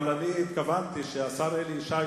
התכוונתי שהשר אלי ישי,